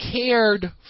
cared